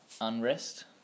unrest